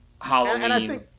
Halloween